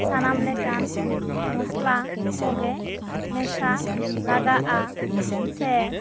ᱥᱟᱱᱟᱢ ᱞᱮᱠᱟᱱ ᱢᱚᱥᱞᱟ ᱠᱚᱜᱮ ᱢᱮᱥᱟ ᱞᱟᱜᱟᱜ ᱟ ᱥᱮ